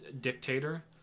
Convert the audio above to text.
dictator